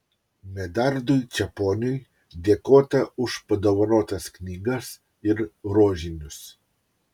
medardui čeponiui dėkota už padovanotas knygas ir rožinius